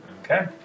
okay